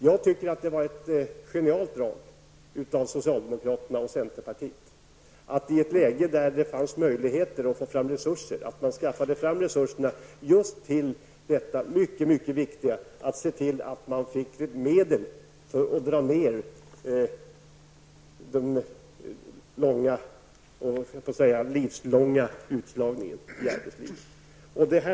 Jag tycker att det var ett genialt drag av socialdemokraterna och centerpartiet att i ett läge då det fanns möjligheter att få fram resurser se till att det tillfördes medel för att minska den stora utslagningen i arbetslivet. Detta är mycket viktigt.